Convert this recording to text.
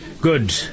Good